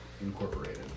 Incorporated